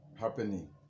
happening